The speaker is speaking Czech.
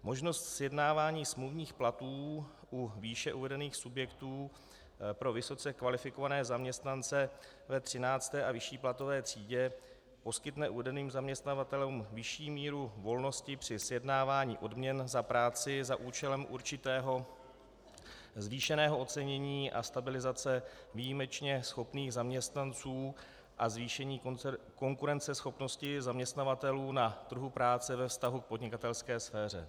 Možnost sjednávání smluvních platů u výše uvedených subjektů pro vysoce kvalifikované zaměstnance ve 13. a vyšší platové třídě poskytne uvedeným zaměstnavatelům vyšší míru volnosti při sjednávání odměn za práci za účelem určitého zvýšeného ocenění a stabilizace výjimečně schopných zaměstnanců a zvýšení konkurenceschopnosti zaměstnavatelů na trhu práce ve vztahu k podnikatelské sféře.